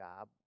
job